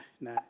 nah